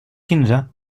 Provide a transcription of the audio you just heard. quinze